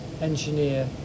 engineer